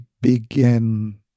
begin